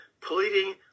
pleading